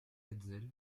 hetzel